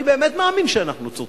אני באמת מאמין שאנחנו צודקים,